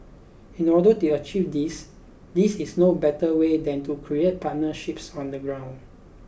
in order to achieve this these is no better way than to create partnerships on the ground